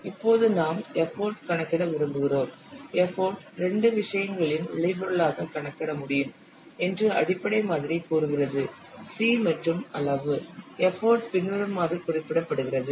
இப்போது நாம் எப்போட் கணக்கிட விரும்புகிறோம் எப்போட் 2 விஷயங்களின் விளைபொருளாகக் கணக்கிட முடியும் என்று அடிப்படை மாதிரி கூறுகிறது c மற்றும் அளவு எப்போட் பின்வருமாறு குறிப்பிடப்படுகிறது